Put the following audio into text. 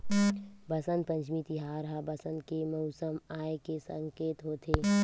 बसंत पंचमी तिहार ह बसंत के मउसम आए के सकेत होथे